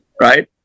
Right